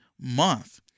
month